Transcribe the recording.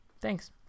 Thanks